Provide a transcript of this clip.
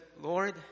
Lord